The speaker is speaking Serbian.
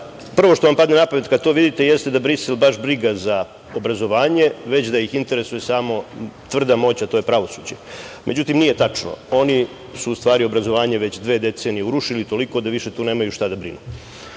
prvo što vam padne na pamet kada to vidite jeste da Brisel baš briga za obrazovanja, već da ih interesuje samo tvrda moć, a to je pravosuđe. Međutim, nije tačno. Oni su u stvari obrazovanje već dve decenije urušili toliko da više tu nemaju šta da brinu. Kada